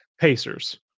Pacers